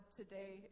today